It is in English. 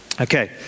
Okay